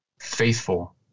Faithful